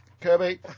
Kirby